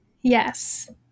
Yes